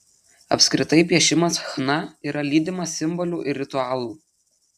apskritai piešimas chna yra lydimas simbolių ir ritualų